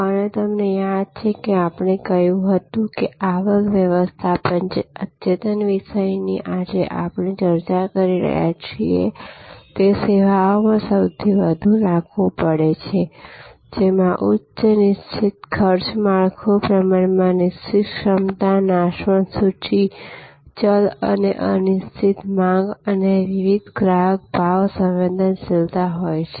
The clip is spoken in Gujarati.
અને તમને યાદ છે કે આપણે કહ્યું હતું કે આવક વ્યવસ્થાપન જે અદ્યતન વિષયની આજે આપણે ચર્ચા કરી રહ્યા છીએ તે તે સેવાઓમાં સૌથી વધુ લાગુ પડે છે જેમાં ઉચ્ચ નિશ્ચિત ખર્ચ માળખું પ્રમાણમાં નિશ્ચિત ક્ષમતા નાશવંત સૂચિ ચલ અને અનિશ્ચિત માંગ અને વિવિધ ગ્રાહક ભાવ સંવેદનશીલતા હોય છે